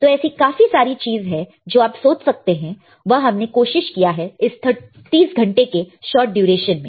तो ऐसी काफी सारी चीज है जो आप सोच सकते हैं वह हमने कोशिश किया है इस 30 घंटे के शॉर्ट ड्यूरेशन में